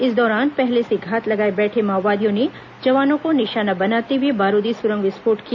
इस दौरान पहले से घात लगाए बैठे माओवादियों ने जवानों को निशाना बनाते हुए बारूदी सुरंग विस्फोट किया